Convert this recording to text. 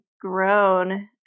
grown